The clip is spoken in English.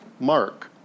Mark